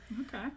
Okay